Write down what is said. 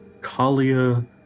Kalia